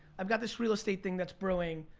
i've got this real estate thing that's brewing,